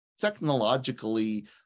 technologically